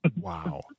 Wow